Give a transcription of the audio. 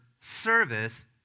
service